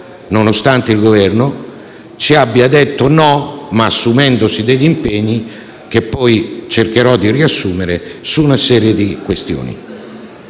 nonostante il Governo ci abbia detto no, assumendosi però degli impegni, che poi cercherò di riassumere, su una serie di questioni.